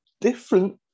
different